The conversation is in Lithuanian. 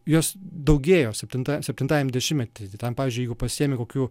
jos daugėjo septintam septintajam dešimtmety ten pavyzdžiui jeigu pasiimi kokių